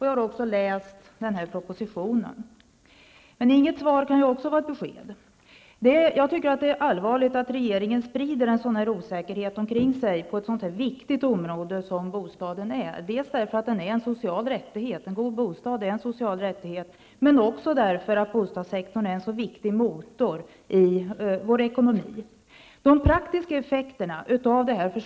Jag har också läst propositionen. Men inget svar kan också vara ett besked. Jag tycker att det är allvarligt att regeringen sprider en sådan osäkerhet omkring sig på ett sådant viktigt område som bostadsområdet, dels därför att en god bostad är en social rättighet, dels därför att bostadssektorn är en så viktig motor i vår ekonomi.